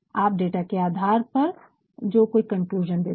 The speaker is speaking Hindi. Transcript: आप डाटा के आधार पर जो कोई कन्क्लूज़न देते है